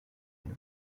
une